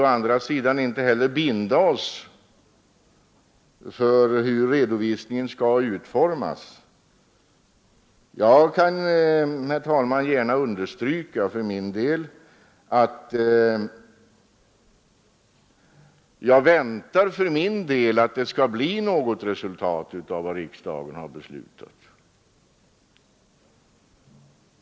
ÄÅ andra sidan vill vi inte heller binda oss för hur redovisnigen skall utformas. Jag kan, herr talman, gärna understryka att jag för min del väntar att det skall bli resultat av vad riksdagen har beslutat.